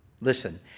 listen